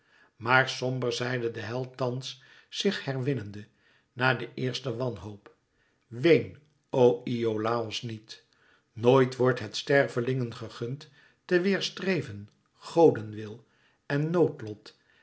maar somber zei de de held thans zich herwinnende na de eerste wanhoop ween o iolàos niet nooit wordt het stervelingen gegund te weêrstreven godenwil en noodlot